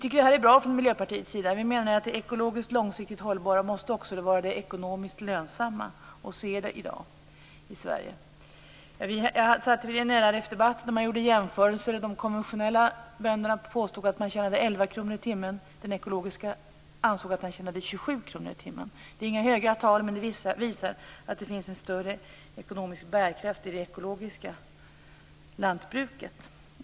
Vi i Miljöpartiet tycker att det här är bra och menar att det ekologiskt långsiktigt hållbara också måste vara det ekonomiskt lönsamma. Så är det också i dag i Sverige. Jag var med när man i en LRF-debatt gjorde jämförelser. De konventionella bönderna påstod att de tjänade 11 kr i timmen. De ekologiska bönderna ansåg att de tjänade 27 kr i timmen. Det är inga höga krontal men det visar att det finns en större ekonomisk bärkraft i det ekologiska lantbruket.